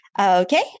okay